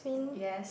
yes